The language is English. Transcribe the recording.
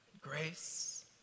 grace